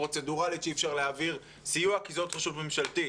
פרוצדורלית שאי אפשר להעביר סיוע כי זאת רשות ממשלתית.